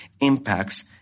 impacts